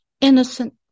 innocent